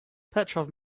petrov